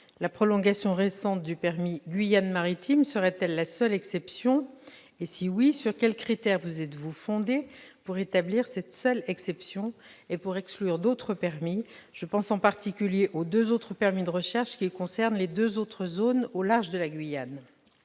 La prolongation récente du permis « Guyane maritime » serait-elle la seule exception et, si oui, sur quels critères vous êtes-vous fondé pour établir cette unique exception et pour exclure l'octroi d'autres permis ? Je pense en particulier aux deux permis de recherches concernant les deux autres zones situées au large de la Guyane.